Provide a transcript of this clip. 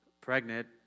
pregnant